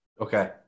Okay